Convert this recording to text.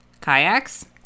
Kayaks